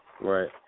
Right